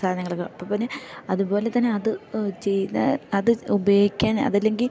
സാധനങ്ങളൊക്കെ അപ്പം പിന്നെ അതു പോലെ തന്നെ അത് ചെയ്ത അത് ഉപയോഗിക്കാൻ അതല്ലെങ്കിൽ